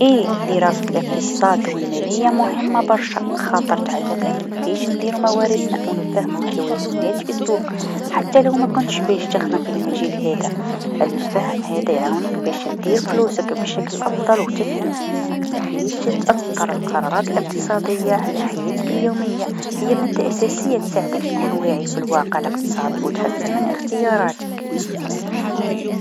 إيه دراسة الإقتصاد و الماليه مهمه برشا خاطر تعلمنا كيفاش نديرو مواردنا و نفهمو توازنات في السوق حتى لو مكنتش باش تخدم في المجال هذا، الفهم هذا يعاونك باش دير فلوسك بشكل أفضل و تفهم كيفاش تأثر القرارات الإقتصاديه على حياتك اليوميه، هي مادة أساسيه تساعدك تكون واعي في الواقع الإقتصادي و تحسن من اختياراتك.